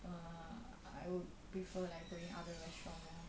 uh I would prefer going like other restaurants lor